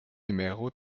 numéro